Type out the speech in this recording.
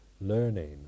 learning